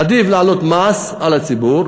עדיף להעלות מס על הציבור,